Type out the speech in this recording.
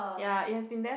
ya it has been there